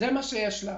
זה מה שיש לה.